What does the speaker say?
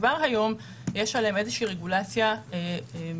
כבר היום יש עליהם איזושהי רגולציה מיוחדת